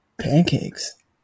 pancakes